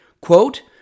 Quote